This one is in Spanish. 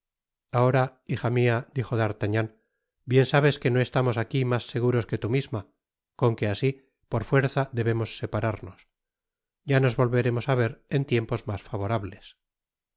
ahora hija mia dijo d'artagnan bien sabes que no estamos aquí mas segaros que tu misma con que asi por fuerza debemos separarnos ya nos volveremos á ver en tiempos mas favorables